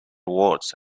wards